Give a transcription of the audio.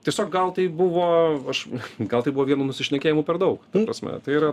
tiesiog gal tai buvo aš gal tai buvo vienu nusišnekėjimu per daug prasme tai yra